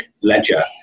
ledger